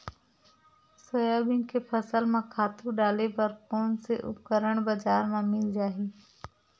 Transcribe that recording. Soybean के फसल म खातु डाले बर कोन से उपकरण बजार म मिल जाहि?